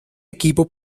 equipo